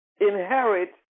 inherit